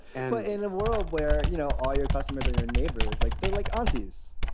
and in a world where you know all your customers are your neighbors, like they're like aunties.